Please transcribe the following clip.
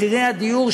מחירי הדיור,